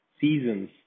seasons